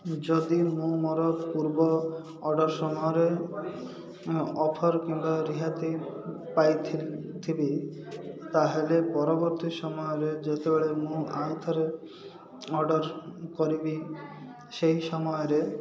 ଯଦି ମୁଁ ମୋର ପୂର୍ବ ଅର୍ଡ଼ର୍ ସମୟରେ ଅଫର୍ କିମ୍ବା ରିହାତି ପାଇଥିଲି ଥିବି ତା'ହେଲେ ପରବର୍ତ୍ତୀ ସମୟରେ ଯେତେବେଳେ ମୁଁ ଆଉ ଥରେ ଅର୍ଡ଼ର କରିବି ସେହି ସମୟରେ